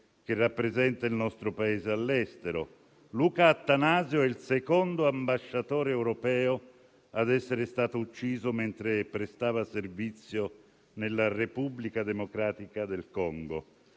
che rappresenta il nostro Paese all'estero. Luca Attanasio è il secondo ambasciatore europeo ad essere stato ucciso mentre prestava servizio nella Repubblica Democratica del Congo: